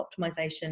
optimization